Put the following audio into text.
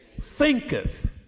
thinketh